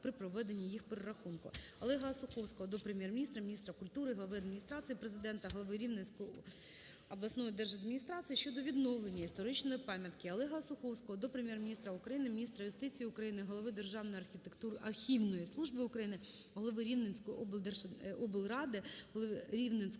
Олега Осуховського до Прем'єр-міністра, міністра культури, Глави Адміністрації Президента, голови Рівненської обласної держадміністрації щодо відновлення історичної пам'ятки. Олега Осуховського до Прем'єр-міністра України, міністра юстиції України, голови Державної архівної служби України, голови Рівненської облради, голови Рівненської облдержадміністрації